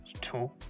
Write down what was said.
two